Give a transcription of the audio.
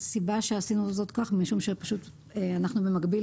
הסיבה שעשינו זאת כך זה משום שאנחנו במקביל,